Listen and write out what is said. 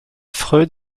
freud